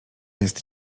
jest